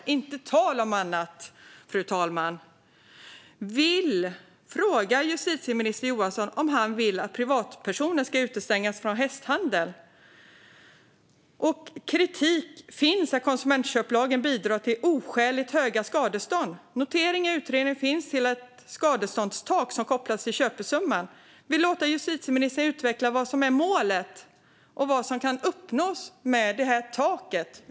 Det är inte tal om annat, fru talman. Jag vill fråga justitieminister Johansson om han vill att privatpersoner ska utestängas från hästhandel. Kritik finns om att konsumentköplagen bidrar till oskäligt höga skadestånd. Notering i utredning finns till ett skadeståndstak som kopplas till köpesumman. Vill justitieministern utveckla vad som är målet och vad som kan uppnås med detta tak?